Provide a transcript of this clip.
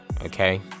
okay